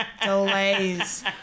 delays